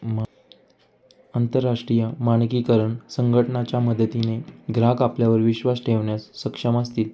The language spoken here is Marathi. अंतरराष्ट्रीय मानकीकरण संघटना च्या मदतीने ग्राहक आपल्यावर विश्वास ठेवण्यास सक्षम असतील